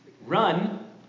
Run